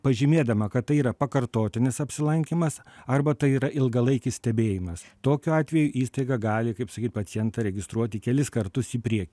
pažymėdama kad tai yra pakartotinis apsilankymas arba tai yra ilgalaikis stebėjimas tokiu atveju įstaiga gali kaip sakyt pacientą registruoti kelis kartus į priekį